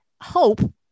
hope